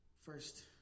First